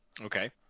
Okay